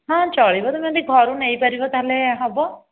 ହଁ ଚଳିବ ତମେ ଯଦି ଘରୁ ନେଇପାରିବ ତାହେଲେ ହେବ